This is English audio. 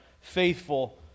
faithful